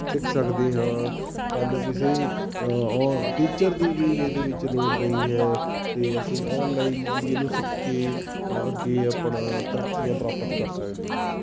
ਸਿੱਖ ਸਕਦੇ ਹਾਂ ਸਾਨੂੰ ਕਿਸੇ ਓ ਟੀਚਰ ਦੀ ਵੀ ਇਹਦੇ ਵਿੱਚ ਲੋੜ ਨਹੀਂ ਹੈ ਅਤੇ ਅਸੀਂ ਔਨਲਾਈਨ ਵੀ ਇਹਨੂੰ ਸਿੱਖ ਕੇ ਅੱਗੇ ਆਪਣਾ ਤਰੱਕੀਆਂ ਪ੍ਰਾਪਤ ਕਰ ਸਕਦੇ ਹਾਂ